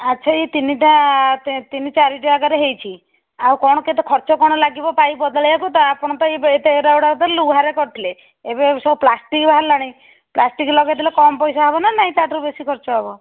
ଆଚ୍ଛା ଏ ତିନିଟା ତିନି ଚାରି ଜାଗାରେ ହୋଇଛି ଆଉ କ'ଣ କେତେ ଖର୍ଚ୍ଚ କ'ଣ ଲାଗିବ ପାଇପ ବଦେଳେଇଆକୁ ତ ଆପଣ ତ ଲୁହାରେ କରିଥିଲେ ଏବେ ସବୁ ପ୍ଲାଷ୍ଟିକ ବାହାରିଲାଣି ପ୍ଲାଷ୍ଟିକ ଲଗାଇଦେଲେ କମ୍ ପଇସା ହେବ ନା ନାଇଁ ତାଠାରୁ ବେଶି ଖର୍ଚ୍ଚ ହେବ